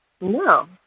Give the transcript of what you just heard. No